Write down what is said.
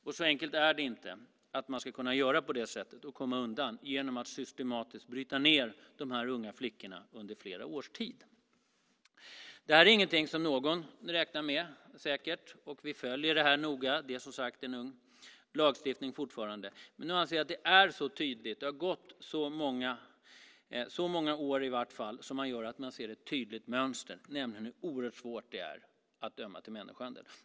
Man ska inte heller kunna komma undan genom att systematiskt bryta ned de här unga flickorna under flera års tid. Detta är inget som någon räknar med säkert. Vi följer detta noga. Det är som sagt en ung lagstiftning fortfarande. Å andra sidan har det gått så många år att man kan se ett tydligt mönster, nämligen hur oerhört svårt det är att döma för människohandel.